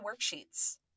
worksheets